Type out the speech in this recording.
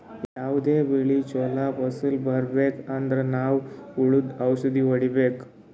ಯಾವದೇ ಬೆಳಿ ಚೊಲೋ ಫಸಲ್ ಬರ್ಬೆಕ್ ಅಂದ್ರ ನಾವ್ ಹುಳ್ದು ಔಷಧ್ ಹೊಡಿಬೇಕು